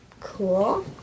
Cool